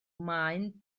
maen